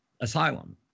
asylum